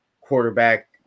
quarterback